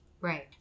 Right